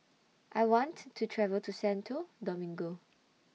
I want to travel to Santo Domingo